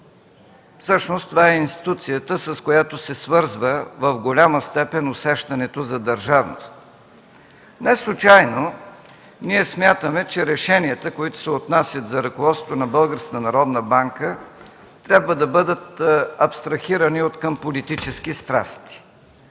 Всъщност това е институцията, с която се свързва в голяма степен усещането за държавност. Неслучайно ние смятаме, че решенията, които се отнасят за ръководството на Българска народна банка, трябва да бъдат абстрахирани откъм политически страсти.